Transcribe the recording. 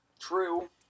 true